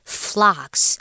flocks